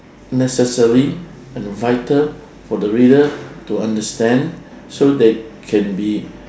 necessary and vital for the reader to understand so they can be